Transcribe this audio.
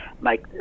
make